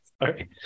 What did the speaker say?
sorry